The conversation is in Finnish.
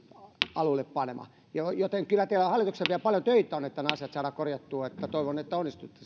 alullepano joten kyllä teillä hallituksella vielä paljon töitä on että nämä asiat saadaan korjattua toivon että onnistutte